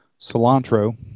cilantro